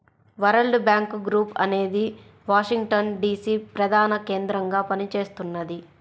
world bank group అనేది Washington DC ప్రధానకేంద్రంగా పనిచేస్తున్నది